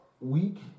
week